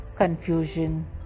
Confusion